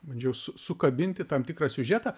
bandžiau su sukabinti tam tikrą siužetą